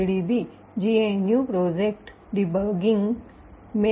GDB GNU project debugger GDB - GNU Project Debugger 2